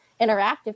interactive